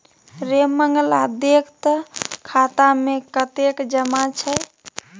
रे मंगला देख तँ खाता मे कतेक जमा छै